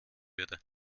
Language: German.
würde